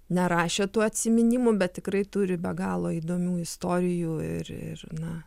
nerašė tų atsiminimų bet tikrai turi be galo įdomių istorijų ir ir na